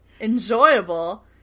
enjoyable